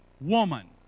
woman